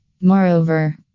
Moreover